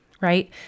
right